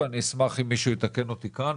ואני אשמח אם מישהו יתקן אותו כאן,